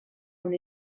una